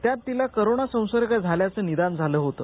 त्यात तिला कोरोना संसर्ग झाल्याचं निदान झालं होतं